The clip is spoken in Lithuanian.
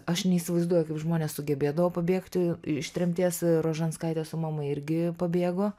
aš neįsivaizduoju kaip žmonės sugebėdavo pabėgti iš tremties rožanskaitė su mama irgi pabėgo